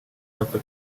yapfa